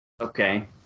Okay